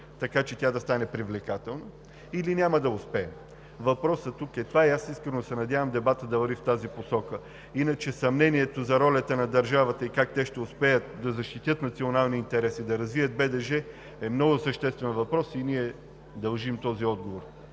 така че тя да стане привлекателна, или няма да успеем? Това е въпросът и аз искрено се надявам дебатът да върви в тази посока. Иначе съмнението за ролята на държавата и как те ще успеят да защитят националния интерес и да развият БДЖ е много съществен въпрос и ние дължим този отговор.